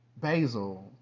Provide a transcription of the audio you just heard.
basil